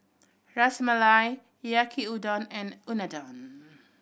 Ras Malai Yaki Udon and Unadon